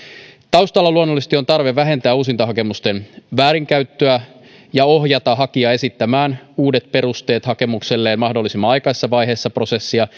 taustalla luonnollisesti on tarve vähentää uusintahakemusten väärinkäyttöä ja ohjata hakija esittämään uudet perusteet hakemukselleen mahdollisimman aikaisessa vaiheessa prosessia